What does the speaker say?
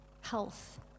health